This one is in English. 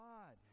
God